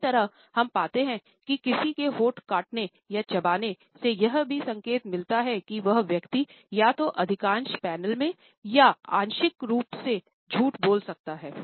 इसी तरह हम पाते हैं कि किसी के होंठ काटने या चबाने से यह भी संकेत मिलता है कि वह व्यक्ति या तो आंशिक पैनल में या आंशिक रूप से झूठ बोल सकता है